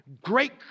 Great